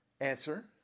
Answer